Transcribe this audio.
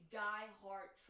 diehard